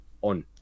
on